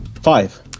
Five